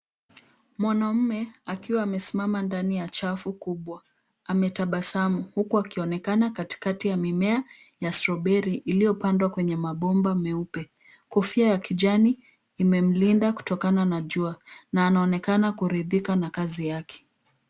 Mwanamume akiwa amesimama ndani ya chafu kubwa ametabasamu huku akionekana katikati ya mimea ya strawberry iliyopandwa kwa mabomba meupe. Kofia ya kijani imemlinda kutokana na jua na anaonekana kurithika na kazi yake.